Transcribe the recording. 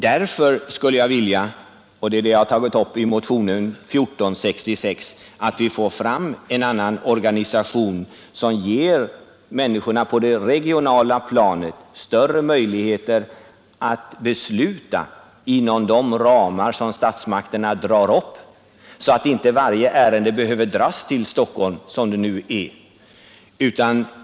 Därför skulle jag vilja — detta har jag tagit upp i motionen 1466 — att vi får fram en annan organisation som ger människorna på det regionala planet större möjligheter att besluta inom de ramar som statsmakterna drar upp, så att inte varje ärende behöver dras till Stockholm, som det nu är.